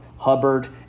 Hubbard